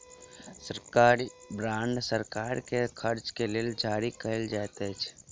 सरकारी बांड सरकार के खर्च के लेल जारी कयल जाइत अछि